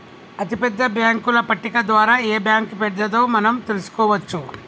అతిపెద్ద బ్యేంకుల పట్టిక ద్వారా ఏ బ్యాంక్ పెద్దదో మనం తెలుసుకోవచ్చు